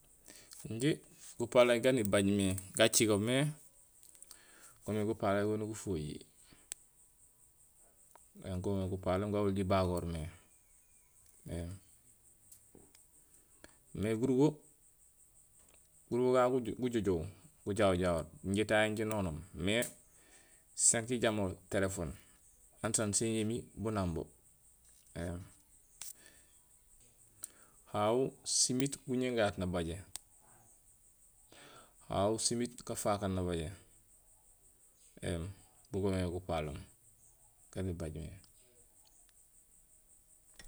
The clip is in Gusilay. Injé gupalaay gan ibaajmé ga cigaamé goomé gupalaay goniyee gufoji. Ēém go goomé gupaloom gan oli jibagoormé éém. Mé gurubo gurubo gagu gujojoow gujahoor jahoor injé tahé injé nonoom é sen nakijamoor téléphone. Anusaan sinja imi bu nambo éém. Áhu si miit guñéén gaat nabajé áhu si miit gafkaan nabajé éém bugo goomé gupaloom gaan ibaajmé